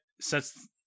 sets